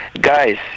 guys